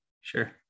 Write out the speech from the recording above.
Sure